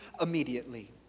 immediately